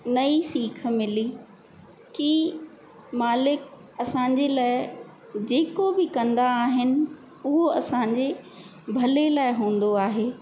नईं सीख मिली की मालिकु असांजे लाइ जेको बि कंदा आहिनि उहो असांजे भले लाइ हूंदो आहे